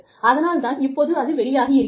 அதனால் தான் இப்போது அது வெளியாகி இருக்கிறது